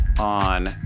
on